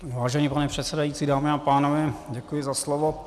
Vážený pane předsedající, dámy a pánové, děkuji za slovo.